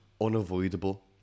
unavoidable